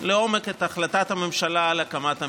לעומק את החלטת הממשלה על הקמת המשרד.